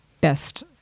best